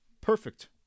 perfect